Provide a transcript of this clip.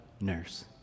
nurse